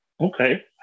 Okay